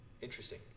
Interesting